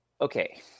okay